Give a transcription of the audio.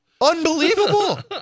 Unbelievable